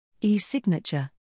E-Signature